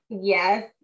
Yes